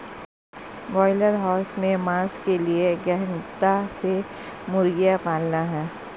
broiler house में मांस के लिए गहनता से मुर्गियां पालना है